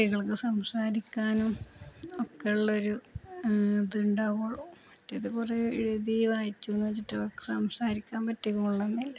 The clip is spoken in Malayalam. കുട്ടികൾക്കു സംസാരിക്കാനും ഒക്കെയുള്ളൊരു ഇതുണ്ടാവുകയുള്ളൂ മറ്റേത് കുറേ എഴുതിവായിച്ചു എന്നു വച്ചിട്ടവര്ക്കു സംസാരിക്കാൻ പറ്റിക്കൊള്ളണമെന്നില്ല